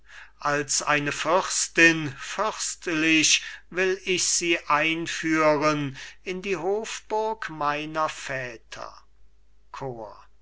als eine fürstin fürstlich will ich sie einführen in die hofburg meiner väter chor